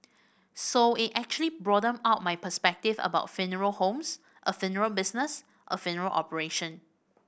so it actually broadened out my perspective about funeral homes a funeral business a funeral operation